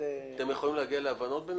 אתם יכולים להגיע להבנות ביניכם,